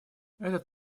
этот